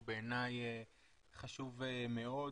הוא בעיני חשוב מאוד.